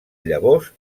llavors